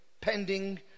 pending